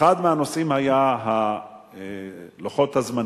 אחד מהנושאים היה לוחות הזמנים,